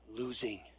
Losing